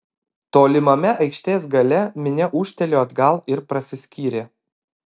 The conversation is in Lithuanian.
tolimame aikštės gale minia ūžtelėjo atgal ir prasiskyrė